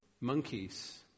Monkeys